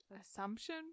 Assumption